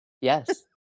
yes